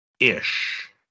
ish